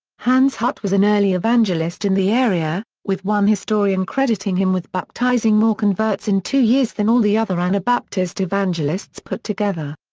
hans hut was an early evangelist in the area, with one historian crediting him with baptizing more converts in two years than all the other anabaptist evangelists put together.